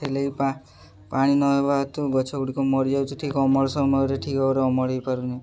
ହେଲେ ବି ପାଣି ନହେବା ହେତୁ ଗଛଗୁଡ଼ିକ ମରିଯାଉଛି ଠିକ୍ ଅମଳ ସମୟରେ ଠିକ୍ ଭାବରେ ଅମଳ ହେଇପାରୁନି